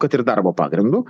kad ir darbo pagrindu